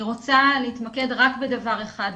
אני רוצה להתמקד רק בדבר אחד היום,